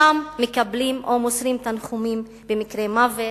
שם מקבלים או מוסרים תנחומים במקרה מוות,